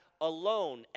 alone